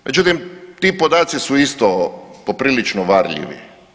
Međutim, ti podaci su isto poprilično varljivi.